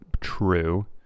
true